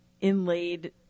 inlaid